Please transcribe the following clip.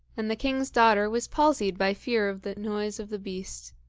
and the king's daughter was palsied by fear of the noise of the beast!